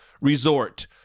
resort